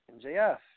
MJF